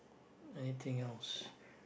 anything else